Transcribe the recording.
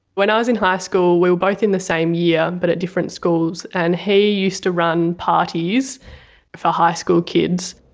when i was in high school we were both in the same year but at different schools and he used to run parties for high school kids.